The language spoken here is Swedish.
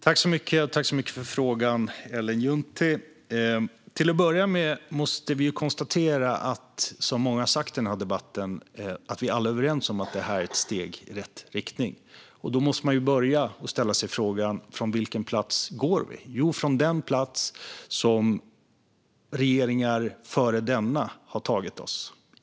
Fru talman! Tack så mycket för frågan, Ellen Juntti! Till att börja med måste vi ju konstatera det som många sagt i den här debatten - att vi alla är överens om att det här är ett steg i rätt riktning. Då måste man börja ställa sig frågan från vilken plats vi utgår. Jo, från den plats som regeringar före denna har tagit oss till.